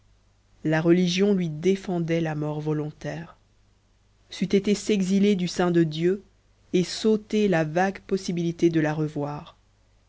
la religion lui défendait la mort volontaire c'eût été s'exiler du sein de dieu et s'ôter la vague possibilité de la revoir